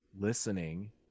listening